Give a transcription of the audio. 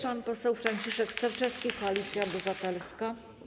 Pan poseł Franciszek Sterczewski, Koalicja Obywatelska.